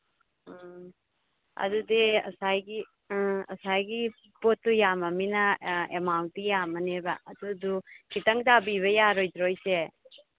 ꯎꯝ ꯑꯗꯨꯗꯤ ꯉꯁꯥꯏꯒꯤ ꯉꯁꯥꯏꯒꯤ ꯄꯣꯠꯇꯨ ꯌꯥꯝꯃꯕꯅꯤꯅ ꯑꯦꯃꯥꯎꯟꯇꯤ ꯌꯥꯝꯃꯅꯦꯕ ꯑꯗꯨꯗꯨ ꯈꯖꯤꯛꯇꯪ ꯇꯥꯕꯤꯕ ꯌꯥꯔꯣꯏꯗ꯭ꯔꯣ ꯏꯆꯦ